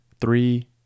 Three